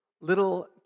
little